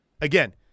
Again –